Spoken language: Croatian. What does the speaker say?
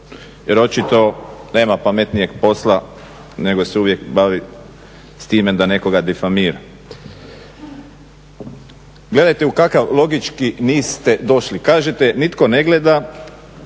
jer očito nema pametnijeg posla nego se uvijek baviti s time da nekoga difamira. Gledajte u kakav logički niz ste došli. Kažete nitko ne gleda,